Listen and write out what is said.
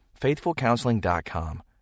FaithfulCounseling.com